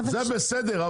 זה בסדר,